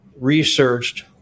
researched